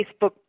Facebook